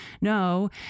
no